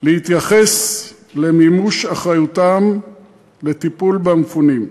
להתייחס למימוש אחריותם לטיפול במפונים,